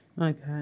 Okay